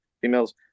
females